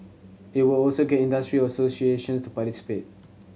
it will also get industry associations to participate